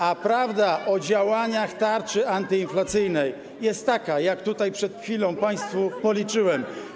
A prawda o działaniach tarczy antyinflacyjnej jest taka, jak tutaj przed chwilą państwu policzyłem.